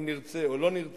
אם נרצה או לא נרצה,